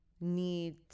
need